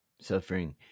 Suffering